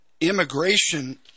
immigration